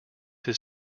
his